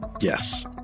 Yes